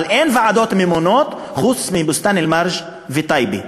אבל אין ועדות ממונות מלבד בבוסתאן-אלמרג' ובטייבה.